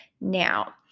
now